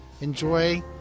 enjoy